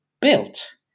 built